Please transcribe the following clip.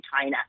China